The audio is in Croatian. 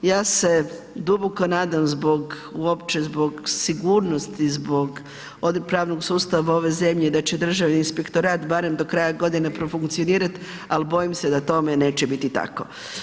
Ja se duboko nadam zbog, uopće zbog sigurnosti, zbog pravnog sustava ove zemlje, da će Državni inspektorat barem do kraja godine profunkcionirat, ali bojim se da tome neće biti tako.